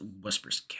whispers